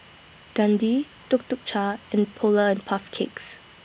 Dundee Tuk Tuk Cha and Polar and Puff Cakes